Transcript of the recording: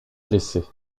blessés